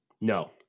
No